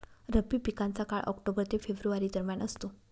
रब्बी पिकांचा काळ ऑक्टोबर ते फेब्रुवारी दरम्यान असतो